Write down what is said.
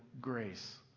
grace